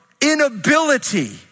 inability